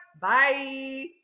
Bye